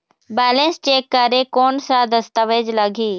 Balance check करें कोन सा दस्तावेज लगी?